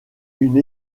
une